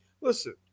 Listen